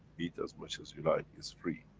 eat as much as you like, it's free.